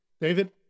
David